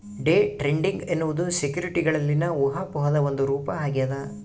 day trading ಎನ್ನುವುದು ಸೆಕ್ಯುರಿಟಿಗಳಲ್ಲಿನ ಊಹಾಪೋಹದ ಒಂದು ರೂಪ ಆಗ್ಯದ